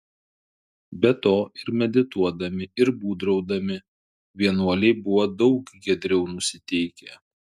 be to ir medituodami ir būdraudami vienuoliai buvo daug giedriau nusiteikę